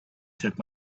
took